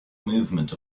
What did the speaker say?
movement